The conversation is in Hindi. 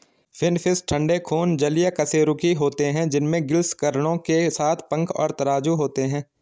फिनफ़िश ठंडे खून जलीय कशेरुकी होते हैं जिनमें गिल्स किरणों के साथ पंख और तराजू होते हैं